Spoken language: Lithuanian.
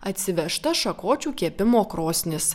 atsivežta šakočių kepimo krosnis